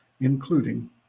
including